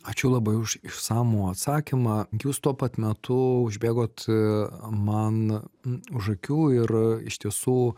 ačiū labai už išsamų atsakymą jūs tuo pat metu užbėgot man už akių ir iš tiesų